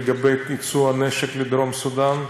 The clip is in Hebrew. לגבי יצוא הנשק לדרום סודאן,